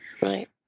Right